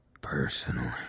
personally